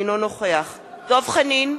אינו נוכח דב חנין,